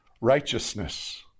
righteousness